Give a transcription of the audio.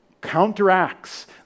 counteracts